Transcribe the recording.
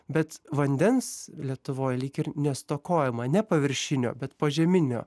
bet vandens lietuvoj lyg ir nestokojama ne paviršinio bet požeminio